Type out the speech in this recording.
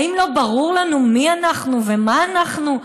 האם לא ברור לנו מי אנחנו ומה אנחנו?